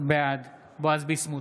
בעד בועז ביסמוט,